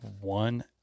one